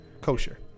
kosher